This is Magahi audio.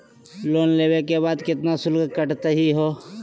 लोन लेवे के बाद केतना शुल्क कटतही हो?